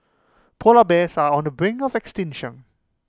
Polar Bears are on the brink of extinction